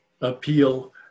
appeal